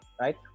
right